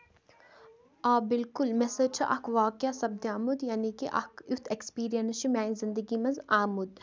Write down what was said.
آ بِلکُل مےٚ سۭتۍ چھُ اکھ واقع سَپدیومُت یعنی کہِ اکھ یُتھ اٮ۪کٔسپِرینس چھُ میانہِ زنٛدگی منٛز آمُت